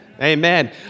Amen